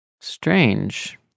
Strange